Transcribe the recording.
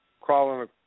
crawling